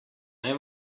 naj